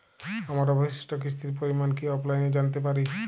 আমার অবশিষ্ট কিস্তির পরিমাণ কি অফলাইনে জানতে পারি?